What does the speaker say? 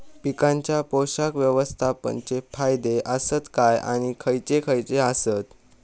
पीकांच्या पोषक व्यवस्थापन चे फायदे आसत काय आणि खैयचे खैयचे आसत?